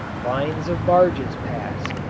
lines of barges pass.